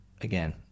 again